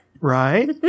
Right